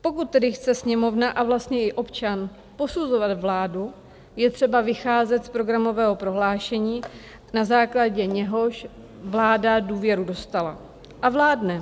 Pokud tedy chce Sněmovna a vlastně i občan posuzovat vládu, je třeba vycházet z programového prohlášení, na základě něhož vláda důvěru dostala a vládne.